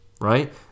Right